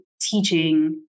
teaching